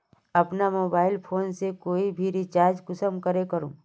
अपना mobile phone से कोई भी रिचार्ज कुंसम करे करूम?